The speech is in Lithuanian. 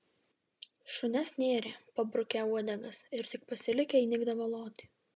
šunes nėrė pabrukę uodegas ir tik pasilikę įnikdavo loti